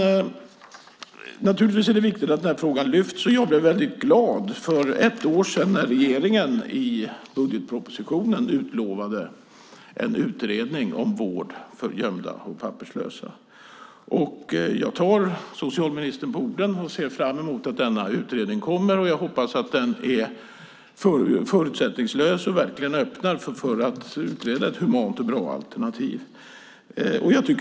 Naturligtvis är det viktigt att denna fråga lyfts fram. Jag blev väldigt glad för ett år sedan när regeringen i budgetpropositionen utlovade en utredning om vård för gömda och papperslösa. Jag tar socialministern på orden och ser fram emot att denna utredning kommer. Jag hoppas att den är förutsättningslös och verkligen öppnar för att utreda ett humant och bra alternativ.